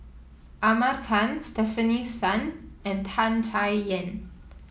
Ahmad Khan Stefanie Sun and Tan Chay Yan